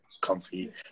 comfy